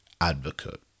advocate